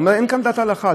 הוא אומר: אין כאן דעת הלכה.